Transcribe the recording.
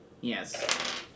Yes